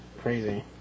Crazy